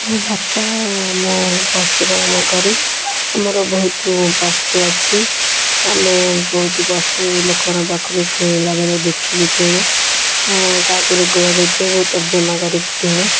ମୋ ବାପା ଆଉ ମୁଁ ପଶୁପାଳନ କରୁ ଆମର ବହୁତ ପଶୁ ଅଛି ଆମେ ବହୁତ ପଶୁ ଲୋକମାନଙ୍କ ପାଖରୁ କିଣିଲା ବେଳେ ଦେଖିକି କିଣୁ ଆଉ କାହାକୁ ରୋଗବାଗ ହୋଇଥିବ ବହୁ ତର୍ଜମା କରିକି କିଣୁ